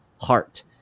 heart